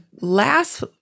last